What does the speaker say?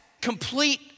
complete